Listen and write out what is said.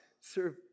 serve